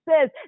says